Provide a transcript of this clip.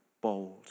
bold